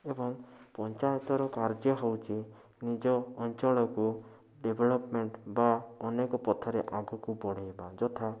ଏବଂ ପଞ୍ଚାୟତରେ କାର୍ଯ୍ୟ ହେଉଛି ନିଜ ଅଞ୍ଚଳକୁ ଡ଼େଭେଲପମେଣ୍ଟ ବା ଅନେକ ପଥରେ ଆଗୁକୁ ବଢ଼ାଇବା ଯଥା